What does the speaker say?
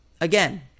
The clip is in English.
Again